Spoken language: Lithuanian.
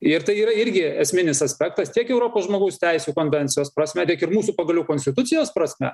ir tai yra irgi esminis aspektas tiek europos žmogaus teisių konvencijos prasme tiek ir mūsų pagalių konstitucijos prasme